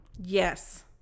Yes